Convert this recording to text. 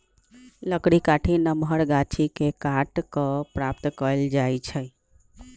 लकड़ी काठी नमहर गाछि के काट कऽ प्राप्त कएल जाइ छइ